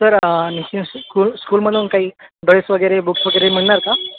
sir school स्कूलमधून काही dress वगैरे बुक्स वगैरे मिळणार का